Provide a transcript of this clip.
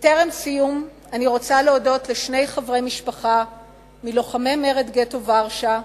בטרם סיום אני רוצה להודות לשני חברי משפחה מלוחמי מרד גטו ורשה,